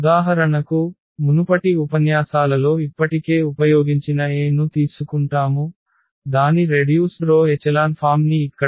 ఉదాహరణకు మునుపటి ఉపన్యాసాలలో ఇప్పటికే ఉపయోగించిన A ను తీసుకుంటాము దాని రెడ్యూస్డ్ రో ఎచెలాన్ ఫామ్ ని ఇక్కడ చూశాము